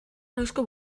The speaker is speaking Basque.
noizko